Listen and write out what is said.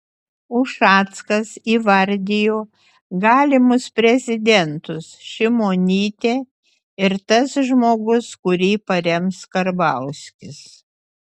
ušackas įvardijo galimus prezidentus šimonytė ir tas žmogus kurį parems karbauskis